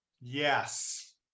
Yes